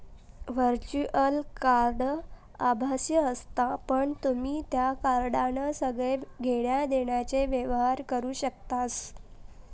virtual card आभासी असता पण तुम्ही त्या कार्डान सगळे घेण्या देण्याचे व्यवहार करू शकतास